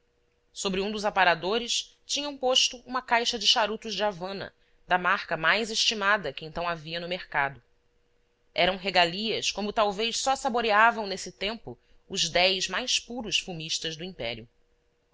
sobre um dos aparadores tinham posto uma caixa de charutos de havana da marca mais estimada que então havia no mercado eram regalias como talvez só saboreavam nesse tempo os dez mais puros fumistas do império